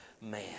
man